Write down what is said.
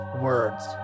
words